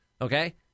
Okay